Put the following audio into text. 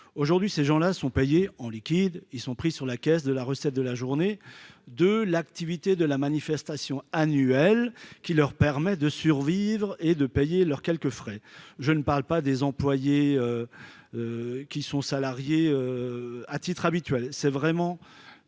Aujourd'hui, ces gens-là sont payés en liquide, pris sur la caisse de la recette de la journée de l'activité de la manifestation annuelle, ce qui leur permet de survivre et de payer leurs quelques frais. Je ne parle pas des employés qui sont salariés à titre habituel. Il s'agit vraiment